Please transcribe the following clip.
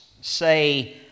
say